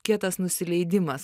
kietas nusileidimas